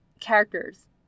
characters